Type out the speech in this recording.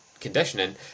Conditioning